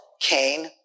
Cain